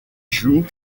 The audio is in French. joue